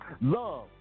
Love